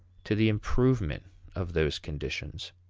to the improvement of those conditions.